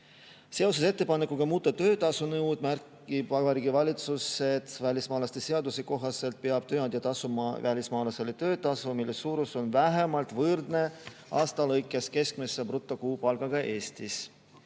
Seoses ettepanekuga muuta töötasunõuet, märgib Vabariigi Valitsus, et välismaalaste seaduse kohaselt peab tööandja tasuma välismaalasele töötasu, mille suurus on vähemalt võrdne aasta lõikes keskmise brutokuupalgaga Eestis.